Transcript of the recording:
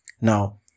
Now